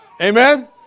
Amen